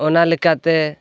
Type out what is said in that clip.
ᱚᱱᱟ ᱞᱮᱠᱟᱛᱮ